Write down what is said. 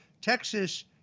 Texas